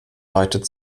leitet